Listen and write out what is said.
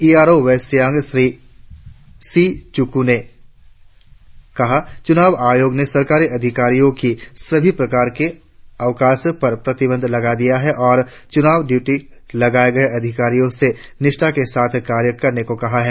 ई R O West Siang Shri C Chukhu ने कहा चुनाव आयोग ने सरकारी अधिकारियो की सभी प्रकार के अवकाश पर प्रतिबंध लगा दिया है और चुनाव ड्यूटी लगाए गए अधिकारियो से निष्ठा के साथ कार्य करने को कहा है